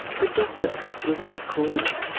the doctor was not called.